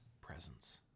presence